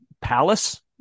Palace